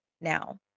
Now